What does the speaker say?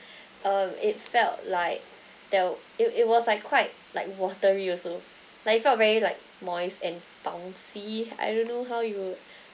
um it felt like that'll it it was like quite like watery also like it felt very like moist and bouncy I don't know how you